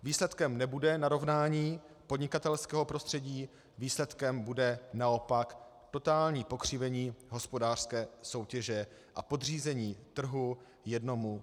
Výsledkem nebude narovnání podnikatelského prostředí, výsledkem bude naopak totální pokřivení hospodářské soutěže a podřízení trhu jednomu oligarchovi.